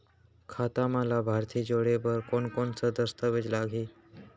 खाता म लाभार्थी जोड़े बर कोन कोन स दस्तावेज लागही?